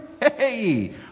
Hey